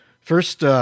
first –